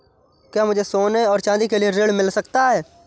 क्या मुझे सोने और चाँदी के लिए ऋण मिल सकता है?